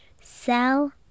cell